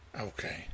Okay